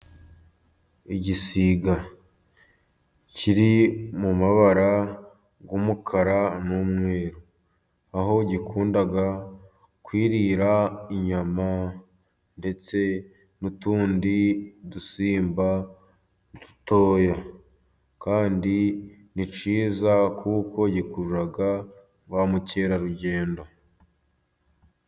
Igisiga kiri mu mabara y'umukara n'umweru aho gikunda kwirira inyama ndetse n'utundi dusimba dutoya. Kandi ni cyiza kuko gikurura ba mukerarugendo.